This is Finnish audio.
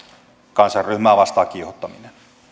kansanryhmää vastaan kiihottaminen